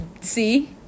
See